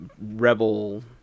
rebel